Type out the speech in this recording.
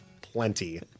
plenty